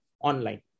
online